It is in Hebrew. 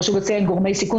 חשוב לציין גורמי סיכון,